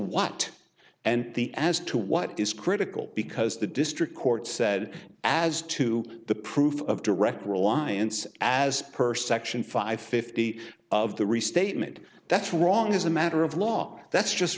what and the as to what is critical because the district court said as to the proof of direct reliance as per section five fifty of the restatement that's wrong as a matter of law that's just